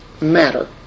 matter